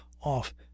off